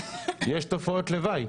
יש תופעות לוואי.